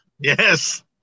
Yes